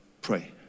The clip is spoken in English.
pray